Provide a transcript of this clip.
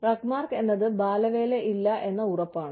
RUGMARK എന്നത് ബാലവേല ഇല്ല എന്ന ഉറപ്പാണ്